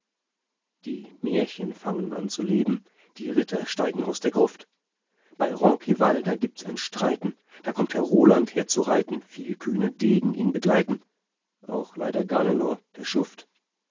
die märchen fangen an zu leben die ritter steigen aus der gruft bei ronzisvall da gibts ein streiten da kommt herr roland herzureiten viel kühne degen ihn begleiten auch leider ganelon der schuft